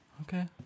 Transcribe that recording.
Okay